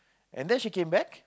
and then she came back